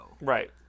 Right